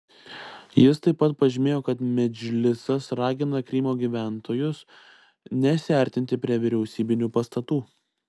jis taip pat pažymėjo kad medžlisas ragina krymo gyventojus nesiartinti prie vyriausybinių pastatų